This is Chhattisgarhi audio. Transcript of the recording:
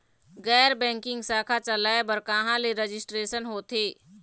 गैर बैंकिंग शाखा चलाए बर कहां ले रजिस्ट्रेशन होथे?